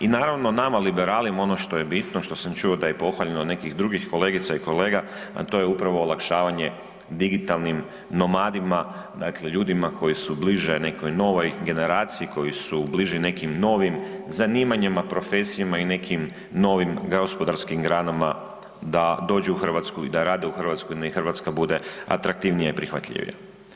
I naravno nama liberalima ono što je bitno što sam čuo da je pohvaljeno od nekih drugih kolegica i kolega, a to je upravo olakšavanje digitalnim nomadima, dakle ljudima koji su bliže nekoj novoj generaciji, koji su bliži nekim novim zanimanjima, zanimanjima, profesijama i nekim novim gospodarskim granama da dođu u Hrvatsku i da rade u Hrvatskoj, da im Hrvatska bude atraktivnije prihvatljivija.